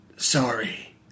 sorry